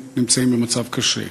במצב קשה.